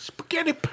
Spaghetti